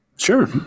Sure